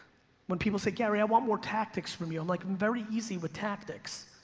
when people say gary, i want more tactics from you, i'm like, i'm very easy with tactics.